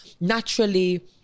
naturally